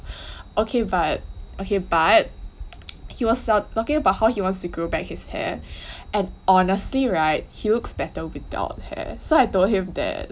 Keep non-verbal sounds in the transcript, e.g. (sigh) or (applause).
(breath) okay but okay but he was s~ talking about how he wants to grow back his hair and honestly [right] he looks better without hair so I told him that